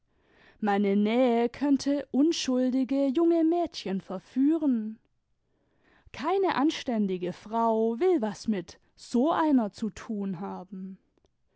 meine nähe könnte unschuldige junge mädchen verführen keine anständige frau will was mit so einer zu tun haben